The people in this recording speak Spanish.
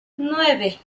nueve